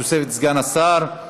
בתוספת סגן השר,